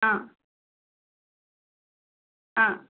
ஆ ஆ